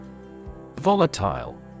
Volatile